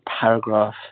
paragraph